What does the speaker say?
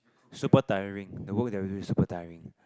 super tiring the work that we do is super tiring